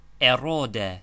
Erode